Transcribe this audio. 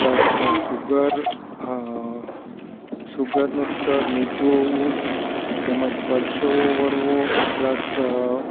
plus sugar હ સુગરનું સ્તર નીચું આવવું તેમજ પરસેવો વળવો પ્લસ